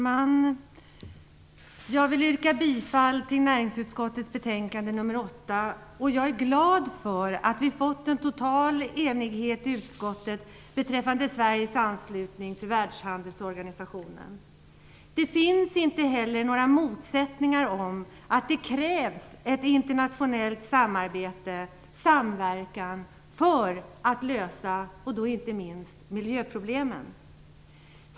Fru talman! Jag vill yrka bifall till näringsutskottets betänkande nr 8. Jag är glad att vi nått en total enighet i utskottet beträffande Sveriges anslutning till Det finns inte heller några motsättningar om att det krävs ett internationellt samarbete och samverkan, inte minst för att lösa miljöproblemen.